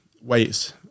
weights